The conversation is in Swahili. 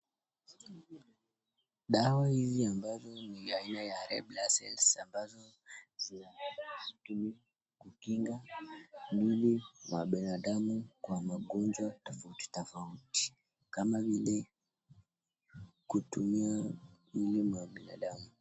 Dawa hizi ambazo ni za aina za blood cells ambazo zinatumiwa kukinga mwili mwa binadamu kwa magonjwa tofauti kama vile kutumia mwili mwa binadamu.